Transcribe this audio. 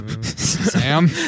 Sam